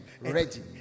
ready